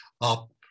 Up